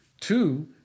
Two